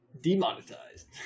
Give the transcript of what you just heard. Demonetized